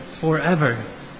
forever